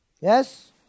Yes